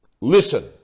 listen